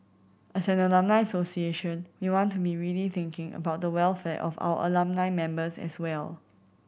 as an alumni association we want to be really thinking about the welfare of our alumni members as well